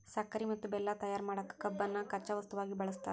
ಸಕ್ಕರಿ ಮತ್ತ ಬೆಲ್ಲ ತಯಾರ್ ಮಾಡಕ್ ಕಬ್ಬನ್ನ ಕಚ್ಚಾ ವಸ್ತುವಾಗಿ ಬಳಸ್ತಾರ